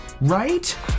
right